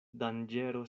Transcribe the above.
danĝero